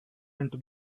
into